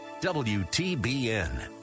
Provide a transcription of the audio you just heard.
WTBN